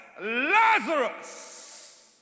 Lazarus